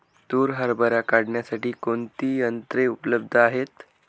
तूर हरभरा काढण्यासाठी कोणती यंत्रे उपलब्ध आहेत?